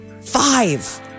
five